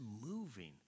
moving